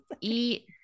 Eat